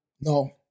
no